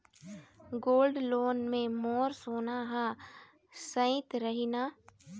Gold loan मे मोर सोना हा सइत रही न?